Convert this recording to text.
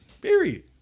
Period